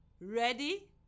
Ready